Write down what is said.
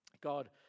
God